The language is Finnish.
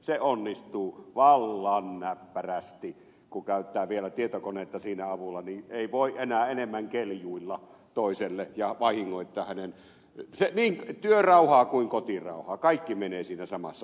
se onnistuu vallan näppärästi kun käyttää vielä tietokonetta siinä avuksi niin ei voi enää enemmän keljuilla toiselle ja vahingoittaa niin hänen työrauhaansa kuin kotirauhaansa kaikki menee siinä samassa